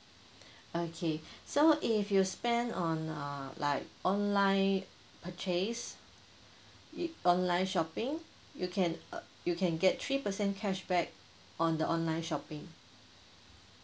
okay so if you spend on err like online purchase i~ online shopping you can uh you can get three percent cashback on the online shopping